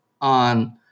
on